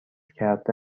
کرده